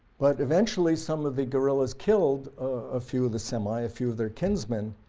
but eventually some of the guerillas killed a few of the semais, a few of their kinsmen,